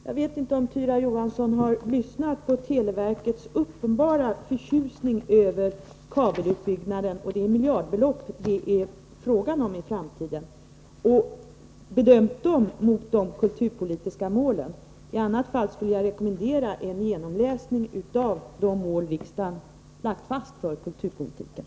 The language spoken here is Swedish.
Jag vet inte om Tyra Johansson har lyssnat till televerkets uppenbarliga förtjusning över kabelutbyggnaden och de miljardbelopp som det är fråga om i framtiden och om hon har bedömt sådana satsningar mot de kulturpolitiska målen. I annat fall skulle jag rekommendera en genomläsning av de mål som riksdagen har lagt fast för kulturpolitiken.